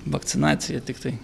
vakcinacija tiktai